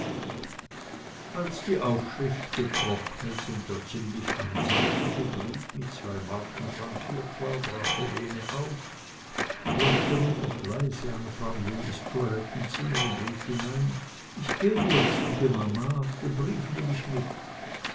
als die aufschrift getrocknet und der ziemlich ansehnliche brief mit zwei marken frankiert war brach helene auf klopfte nur noch leise an frau jennys toilettenzimmer und rief hinein ich gehe jetzt liebe mama den brief nehme ich mit